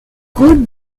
route